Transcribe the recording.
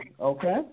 okay